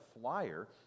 flyer